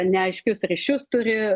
neaiškius ryšius turi